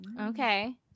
Okay